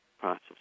process